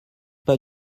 pas